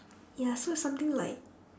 ya so it's something like